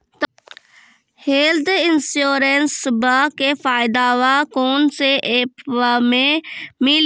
Health इंश्योरेंसबा के फायदावा कौन से ऐपवा पे मिली?